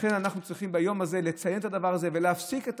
לכן אנחנו צריכים ביום הזה לציין את הדבר הזה ולהפסיק את